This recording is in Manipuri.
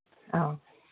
ꯑꯧ